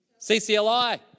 CCLI